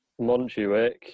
Montjuic